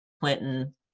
Clinton